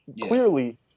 clearly